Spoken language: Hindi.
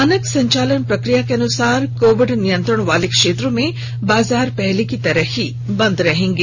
मानक संचालन प्रक्रिया के अनुसार कोविड नियंत्रण वाले क्षेत्रों में बाजार पहले की ही तरह बंद रहेंगे